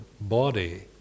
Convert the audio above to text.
body